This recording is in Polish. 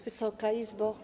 Wysoka Izbo!